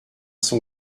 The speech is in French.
son